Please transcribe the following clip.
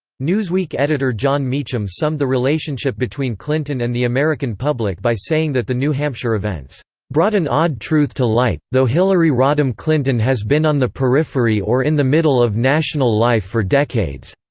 newsweek editor jon meacham summed the relationship between clinton and the american public by saying that the new hampshire events brought an odd truth to light though hillary rodham clinton has been on the periphery or in the middle of national life for decades.